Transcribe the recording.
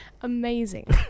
Amazing